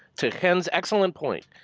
to chen's excellent point,